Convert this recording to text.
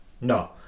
no